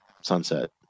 sunset